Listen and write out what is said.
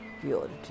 purity